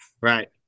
Right